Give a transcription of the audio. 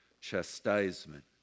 chastisement